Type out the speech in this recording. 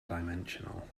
dimensional